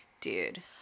Dude